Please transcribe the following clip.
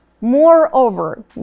Moreover